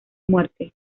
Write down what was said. muerte